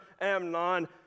Amnon